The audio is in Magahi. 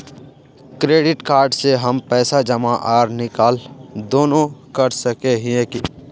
क्रेडिट कार्ड से हम पैसा जमा आर निकाल दोनों कर सके हिये की?